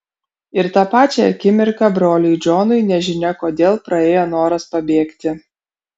ir tą pačią akimirką broliui džonui nežinia kodėl praėjo noras pabėgti